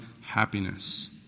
happiness